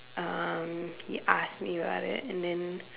um he asked me about it and then